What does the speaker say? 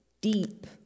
deep